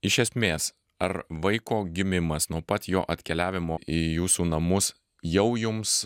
iš esmės ar vaiko gimimas nuo pat jo atkeliavimo į jūsų namus jau jums